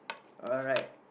alright